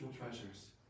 treasures